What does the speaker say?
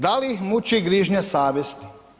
Da li ih muči grižnja savjesti?